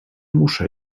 muszę